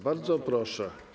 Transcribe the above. Bardzo proszę.